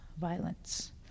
violence